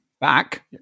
back